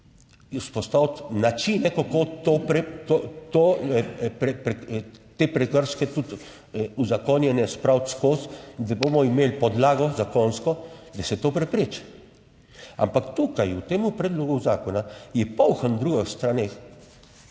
vzpostaviti načine, kako te prekrške, tudi uzakonjene, spraviti skozi, da bomo imeli podlago zakonsko, da se to prepreči. Ampak tukaj v tem predlogu zakona je poln drugih stvareh,